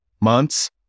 months